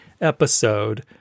episode